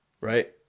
Right